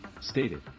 stated